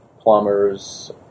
plumbers